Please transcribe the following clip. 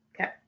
okay